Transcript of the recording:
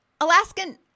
Alaskan